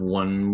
one